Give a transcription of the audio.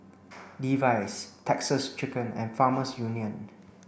Levi's Texas Chicken and Farmers Union